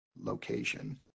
location